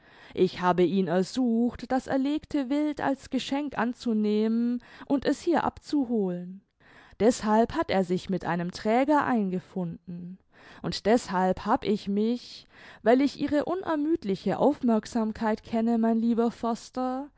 ich habe ihn ersucht das erlegte wild als geschenk anzunehmen und es hier abzuholen deßhalb hat er sich mit einem träger eingefunden und deßhalb hab ich mich weil ich ihre unermüdliche aufmerksamkeit kenne mein lieber förster